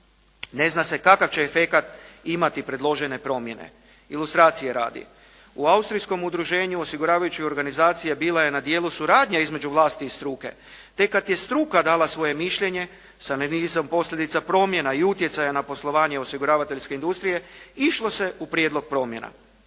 Ne zna se kakav će efekat imati predložene promjene. Ilustracije radi, u Austrijskom udruženju osiguravajuće organizacije bila je na djelu suradnja između vlasti i struke, tek kada je struka dala svoje mišljenje sa nizom posljedica i promjena i utjecaja na poslovanje osiguravateljske industrije išlo se u prijedlog promjena.